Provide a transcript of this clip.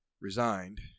resigned